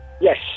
Yes